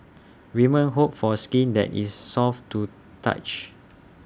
women hope for skin that is soft to touch